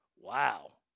Wow